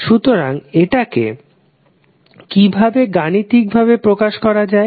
সুতরাং এটাকে কিভাবে গাণিতিক ভাবে প্রকাশ করা যায়